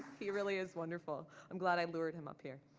he really is wonderful. i'm glad i lured him up here.